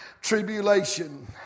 tribulation